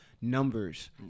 Numbers